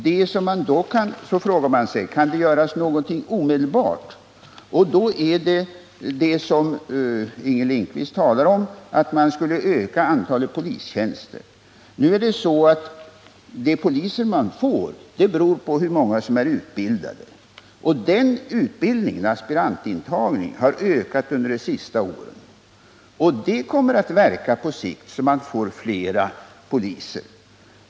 Men man frågar sig också: Kan det göras någonting omedelbart? Inger Lindquist svarar att man kan öka antalet polistjänster. Det är emellertid så att antalet poliser man kan få är beroende av hur många som har utbildats. Aspirantintagningen har ökat under de senaste åren, och det kommer på sikt att verka så att vi får fler poliser.